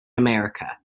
america